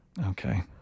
Okay